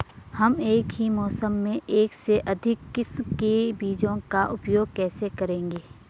हम एक ही मौसम में एक से अधिक किस्म के बीजों का उपयोग कैसे करेंगे?